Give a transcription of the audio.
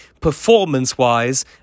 performance-wise